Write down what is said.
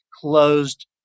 closed